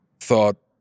thought